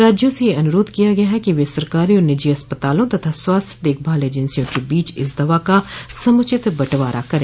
राज्यों से यह अनुरोध किया गया है कि वे सरकारी और निजी अस्पतालों तथा स्वास्थ्य देखभाल एजेंसियों के बीच इस दवा का समुचित बंटवारा करें